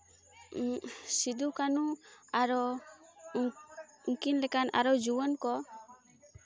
ᱥᱤᱫᱩ ᱠᱟᱹᱱᱦᱩ ᱟᱨᱚ ᱩᱱᱠᱤᱱ ᱞᱮᱠᱟᱱ ᱟᱨᱚ ᱡᱩᱣᱟᱹᱱ ᱠᱚ